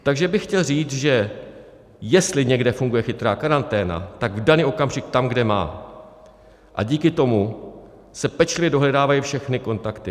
Takže bych chtěl říct, že jestli někde funguje chytrá karanténa, tak v daný okamžik tam, kde má, a díky tomu se pečlivě dohledávají všechny kontakty.